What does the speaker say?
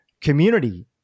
community